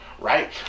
right